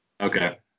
Okay